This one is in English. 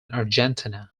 argentina